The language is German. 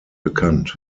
bekannt